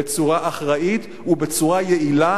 בצורה אחראית ובצורה יעילה,